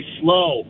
slow